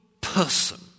person